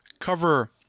cover